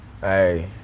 Hey